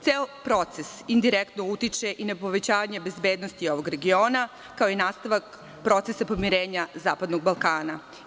Ceo proces indirektno utiče i na povećanje bezbednosti ovog regiona, kao i nastavak procesa pomirenja zapadnog Balkana.